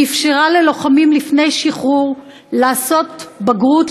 שאפשר ללוחמים לפני שחרור לעשות בגרות,